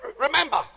Remember